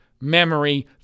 memory